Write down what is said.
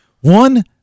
One